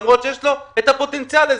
למרות שיש לו את הפוטנציאל לזה,